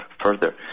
further